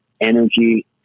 energy